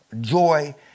joy